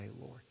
Lord